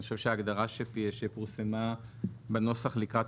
אני חושב שההגדרה שפורסמה בנוסח לקראת